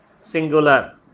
singular